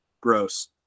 gross